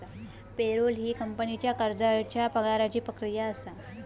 payroll ही कंपनीच्या कर्मचाऱ्यांच्या पगाराची प्रक्रिया असा